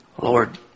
Lord